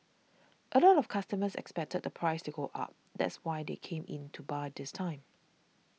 a lot of customers expected the price to go up that's why they came in to buy this time